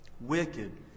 wicked